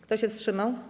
Kto się wstrzymał?